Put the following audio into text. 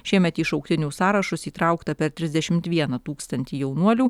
šiemet į šauktinių sąrašus įtraukta per trisdešimt vieną tūkstantį jaunuolių